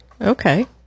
okay